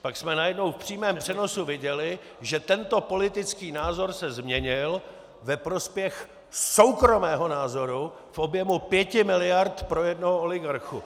Pak jsme najednou v přímém přenosu viděli, že tento politický názor se změnil ve prospěch soukromého názoru v objemu pěti miliard pro jednoho oligarchu.